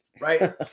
right